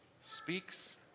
speaks